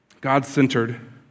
God-centered